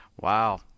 Wow